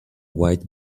white